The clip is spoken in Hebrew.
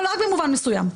אבל רק במובן מסוים.